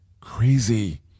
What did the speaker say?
crazy